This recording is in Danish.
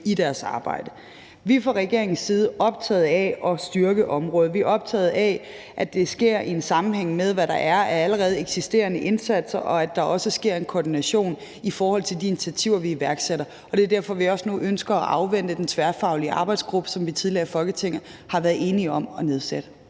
i deres arbejde. Vi er fra regeringens side optaget af at styrke området. Vi er optaget af, at det sker i sammenhæng med, hvad der er af allerede eksisterende indsatser, og at der også sker en koordination i forhold til de initiativer, vi iværksætter. Det er derfor, vi også nu ønsker at afvente den tværfaglige arbejdsgruppe, som vi tidligere i Folketinget har været enige om at nedsætte.